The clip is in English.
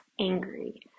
angry